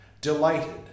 Delighted